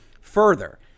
Further